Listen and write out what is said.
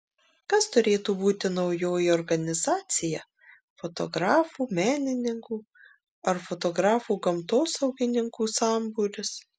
kas turėtų būti naujoji organizacija fotografų menininkų ar fotografų gamtosaugininkų sambūris